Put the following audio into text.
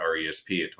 RESP